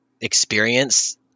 experience